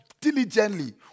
diligently